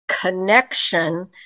connection